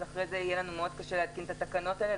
אחרי זה יהיה לנו קשה להתקין את התקנות האלה.